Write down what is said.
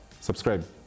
subscribe